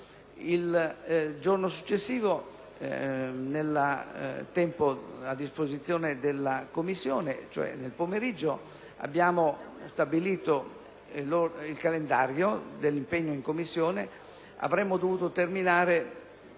Commissione, cioè nel pomeriggio, abbiamo stabilito il calendario dell'impegno in Commissione ed avremmo dovuto terminare